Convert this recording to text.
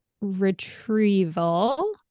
retrieval